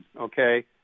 okay